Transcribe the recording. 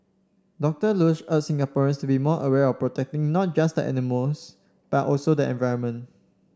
Doctor Luz urged Singaporeans to be more aware of protecting not just animals but also the environment